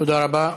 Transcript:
תודה רבה.